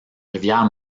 rivière